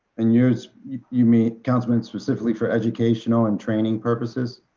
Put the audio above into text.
and you you mean councilman, specifically for educational and training purposes,